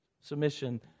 submission